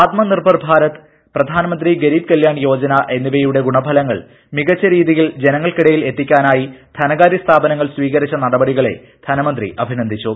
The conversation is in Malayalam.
ആത്മ നിർഭർ ഭാരത് പ്രധാനമന്ത്രി ഗരീബ് കല്യാണ് യോജന എന്നിവയുടെ ഗുണഫലങ്ങൾ മികച്ച രീതിയിൽ ജനങ്ങൾക്കിടയിൽ എത്തിക്കാനായി ധനകാരൃസ്ഥാപനങ്ങൾ സ്വീകരിച്ച നടപടിക്കുളെ ധനമന്ത്രി അഭിനന്ദിച്ചു